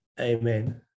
Amen